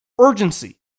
Urgency